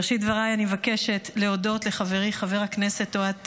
בראשית דבריי אני מבקשת להודות לחברי חבר הכנסת אוהד